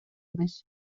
эмес